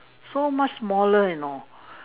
so much smaller you know